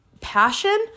passion